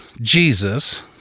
Jesus